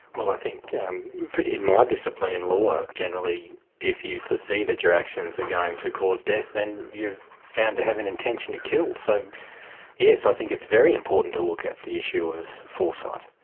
well i think in my discipline in law, generally if you foresee that your actions are going to cause death, then you're found to have an intention to kill, so yes, i think it's very important to look at the issue of foresight.